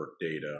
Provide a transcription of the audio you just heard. data